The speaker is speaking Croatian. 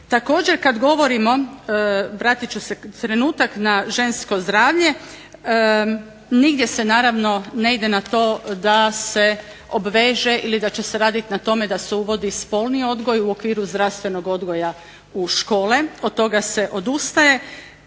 Također, kad govorimo, vratit ću se trenutak na žensko zdravlje, nigdje se naravno ne ide na to da se obveže ili da će se raditi na tome da se uvodi spolni odgoj u okviru zdravstvenog odgoja u škole. Od toga se odustaje,